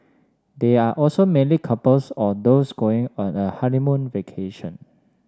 they are also mainly couples or those going on a honeymoon vacation